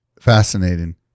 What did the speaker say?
Fascinating